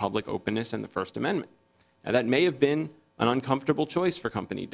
public openness and the first amendment and that may have been an uncomfortable choice for company